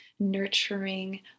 nurturing